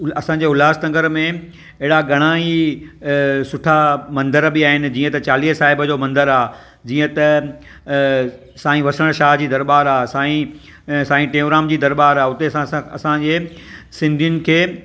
असांजे उल्हासनगर में अहिड़ा घणेई सुठा मंदर बि आहिनि जीअं त चालीह साहिब जो मंदरु आहे जीअं त साईं वसण शाह जी दरॿारि आहे साईं साईं टेउंराम जी दरॿारि आहे हुते असांजे सिंधियुनि खे